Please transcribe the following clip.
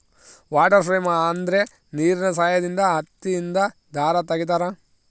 water frame ಅಂದ್ರೆ ನೀರಿನ ಸಹಾಯದಿಂದ ಹತ್ತಿಯಿಂದ ದಾರ ತಗಿತಾರ